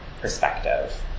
perspective